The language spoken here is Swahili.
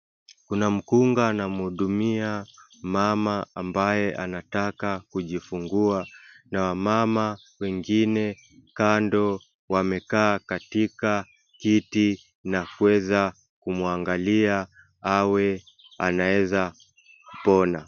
Kuna mkunga anamhudumia mama ambaye anataka kujifungua na wamama wengine kando wamekaa katika kiti na kuweza kumwangalia awe anaeza kupona.